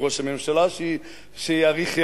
וראש הממשלה שיאריך ימים.